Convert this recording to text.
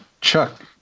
chuck